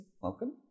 Welcome